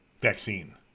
vaccine